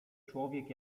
człowiek